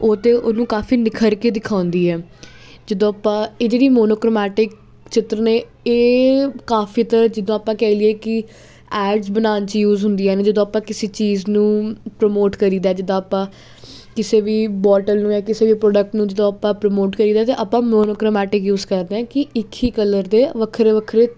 ਉਹਦੇ ਉਹਨੂੰ ਕਾਫੀ ਨਿਖਰ ਕੇ ਦਿਖਾਉਂਦੀ ਆ ਜਦੋਂ ਆਪਾਂ ਇਹ ਜਿਹੜੀ ਮੋਨੋਕ੍ਰਮੈਟਿਕ ਚਿੱਤਰ ਨੇ ਇਹ ਕਾਫੀ ਤਰ੍ਹਾਂ ਜਿੱਦਾਂ ਆਪਾਂ ਕਹਿ ਲਈਏ ਕਿ ਐਡਜ ਬਣਾਉਣ 'ਚ ਯੂਸ ਹੁੰਦੀਆਂ ਨੇ ਜਦੋਂ ਆਪਾਂ ਕਿਸੇ ਚੀਜ਼ ਨੂੰ ਪ੍ਰਮੋਟ ਕਰੀਦਾ ਜਿੱਦਾਂ ਆਪਾਂ ਕਿਸੇ ਵੀ ਬੋਟਲ ਨੂੰ ਜਾਂ ਕਿਸੇ ਵੀ ਪ੍ਰੋਡਕਟ ਨੂੰ ਜਦੋਂ ਆਪਾਂ ਪ੍ਰਮੋਟ ਕਰੀਦਾ ਤਾਂ ਆਪਾਂ ਮੋਨੋਕ੍ਰਮੈਟਿਕ ਯੂਸ ਕਰਦੇ ਕਿ ਇੱਕ ਹੀ ਕਲਰ ਦੇ ਵੱਖਰੇ ਵੱਖਰੇ